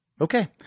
Okay